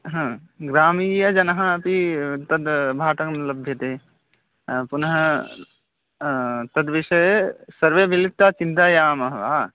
हा ग्रामीयजनः अपि तद् भाटनं लभ्यते पुनः तद्विषये सर्वे मिलित्वा चिन्तयामः वा